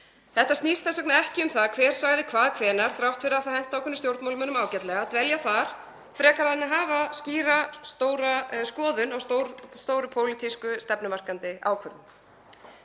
Þetta snýst þess vegna ekki um það hver sagði hvað hvenær, þrátt fyrir að það henti ákveðnum stjórnmálamönnum ágætlega að dvelja þar frekar en að hafa skýra skoðun á stórri, pólitískri stefnumarkandi ákvörðun.